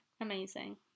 amazing